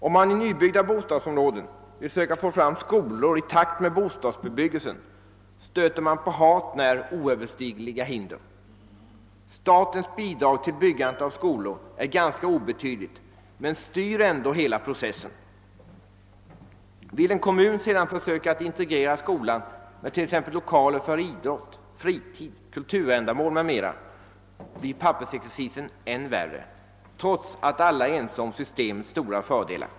Om man i nybyggda bostadsområden vill försöka få fram skolor i takt med bostadsbebyggelsen stöter man på hart när oöverstigliga hinder. Statens bidrag till byggandet av skolor är ganska obetydligt men styr ändå hela processen. Vill en kommun sedan försöka integrera skolan med t.ex. lokaler för idrott, fritid, kulturändamål m.m., blir pappersexercisen än värre, trots att alla är ense om systemets stora fördelar.